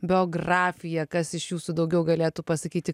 biografija kas iš jūsų daugiau galėtų pasakyti